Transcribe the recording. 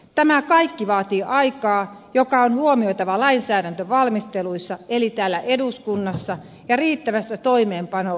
tämä kaikki vaatii aikaa mikä on huomioitava lainsäädäntövalmisteluissa eli täällä eduskunnassa ja riittävässä toimeenpanoajassa